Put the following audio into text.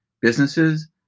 businesses